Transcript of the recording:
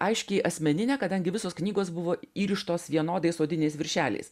aiškiai asmeninę kadangi visos knygos buvo įrištos vienodais odiniais viršeliais